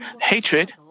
hatred